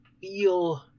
feel